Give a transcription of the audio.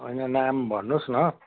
होइन नाम भन्नुहोस् न